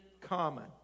common